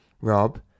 Rob